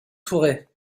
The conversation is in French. tourret